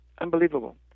unbelievable